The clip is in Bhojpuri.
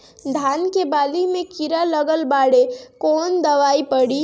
धान के बाली में कीड़ा लगल बाड़े कवन दवाई पड़ी?